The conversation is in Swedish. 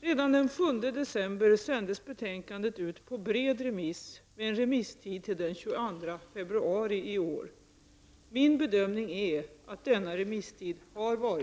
Redan den 7 december sändes betänkandet ut på bred remiss med en remisstid till den 22 februari i år. Min bedömning är att denna remisstid har varit tillräcklig.